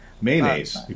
Mayonnaise